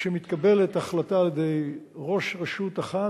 כשמתקבלת החלטה על-ידי ראש רשות אחת,